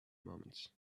moment